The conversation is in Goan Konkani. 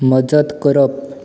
मजत करप